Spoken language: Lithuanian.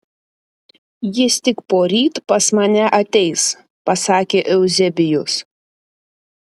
jis tik poryt pas mane ateis pasakė euzebijus